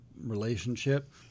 relationship